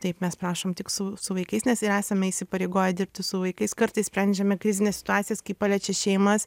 taip mes prašom tik su su vaikais nes ir esame įsipareigoję dirbti su vaikais kartais sprendžiame krizines situacijas kai paliečia šeimas